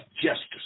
justice